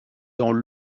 dans